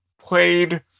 played